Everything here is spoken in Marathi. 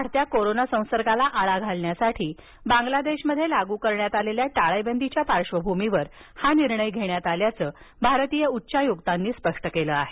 वाढत्या कोरोना संसर्गाला आळा घालण्यासाठी बांगलादेशमध्ये लागू करण्यात आलेल्या टाळेबंदीच्या पार्श्वभूमीवर हा निर्णय घेण्यात आल्याचं भारतीय उच्चायुकांनी स्पष्ट केलं आहे